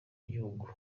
igihuru